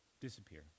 disappear